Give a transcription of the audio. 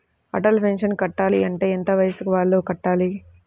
Atal pension కట్టాలి అంటే ఎంత వయసు వాళ్ళు కట్టాలి?